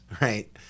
right